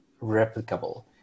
replicable